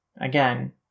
again